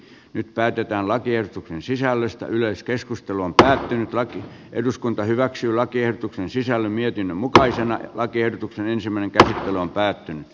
nyt päätetään lakiehdotuksen sisällöstä yleiskeskustelu on päättynyt laki eduskunta hyväksyi lakiehdotuksen sisällön mietinnön mukaisena lakiehdotuksen ensimmäinen käsittely on päättynyt